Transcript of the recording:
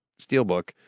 Steelbook